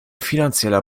finanzieller